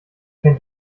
kennt